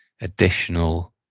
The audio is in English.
additional